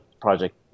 project